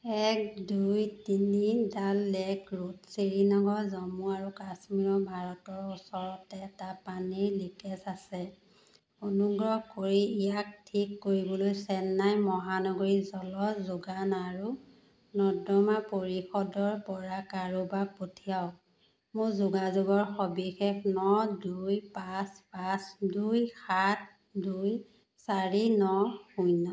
এক দুই তিনি ডাল লেক ৰোড শ্ৰীনগৰ জম্মু আৰু কাশ্মীৰৰ ভাৰতৰ ওচৰত এটা পানী লিকেজ আছে অনুগ্ৰহ কৰি ইয়াক ঠিক কৰিবলৈ চেন্নাই মহানগৰী জলযোগান আৰু নৰ্দমা পৰিষদৰ পৰা কাৰোবাক পঠিয়াওক মোৰ যোগাযোগৰ সবিশেষ ন দুই পাঁচ পাঁচ দুই সাত দুই চাৰি ন শূন্য়